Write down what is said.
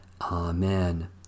Amen